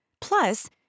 Plus